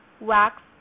wax